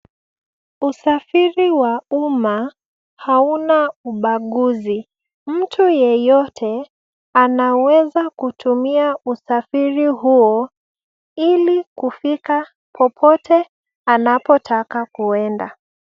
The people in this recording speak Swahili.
Usafiri wa umma hauna ubaguzi. Mtu yeyote anaweza kutumia usafiri huo ili kufika popote anapotaka kuenda.